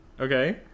Okay